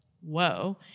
Whoa